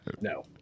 No